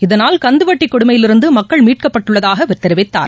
இதனால் கந்துவட்டிகொடுமையில் இருந்துமக்கள் மீட்கப்பட்டுள்ளதாகஅவர் தெரிவித்தார்